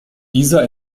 dieser